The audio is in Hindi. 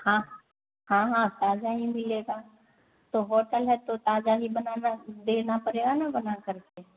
हाँ हाँ हाँ ताज़ा ही मिलेगा तो होटल है तो ताज़ा ही बनाना देना पड़ेगा ना बना कर के